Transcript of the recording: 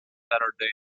saturday